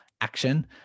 action